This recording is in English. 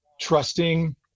trusting